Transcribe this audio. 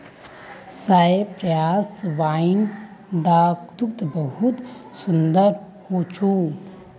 Cyprus wine दाख्वात बहुत सुन्दर होचे